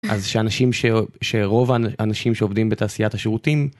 אז שרוב האנשים שעובדים בתעשיית השירותים